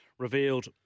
Revealed